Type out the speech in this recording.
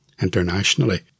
Internationally